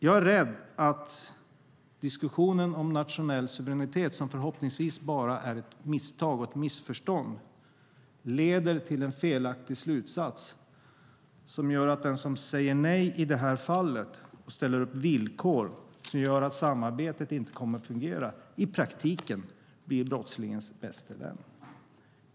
Jag är rädd att diskussionen om nationell suveränitet, som förhoppningsvis bara är ett misstag och ett missförstånd, leder till en felaktig slutsats och att den som säger nej i detta fall och ställer upp villkor som gör att samarbetet inte kommer att fungera i praktiken blir brottslingens bäste vän.